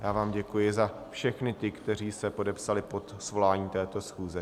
Já vám děkuji za všechny ty, kteří se podepsali pod svoláním této schůze.